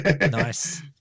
Nice